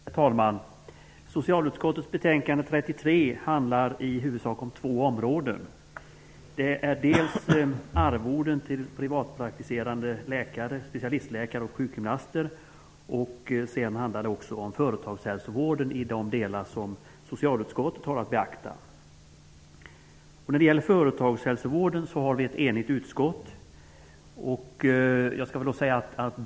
Herr talman! Socialutskottets betänkande 33 handlar i huvudsak om två områden. Man behandlar dels arvoden till privatpraktiserande specialistläkare och sjukgymnaster, dels företagshälsovården i de delar som socialutskottet har att beakta. När det gäller företagshälsovården är utskottet enigt.